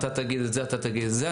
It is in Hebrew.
אתה תגיד את זה, אתה תגיד את זה.